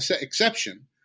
exception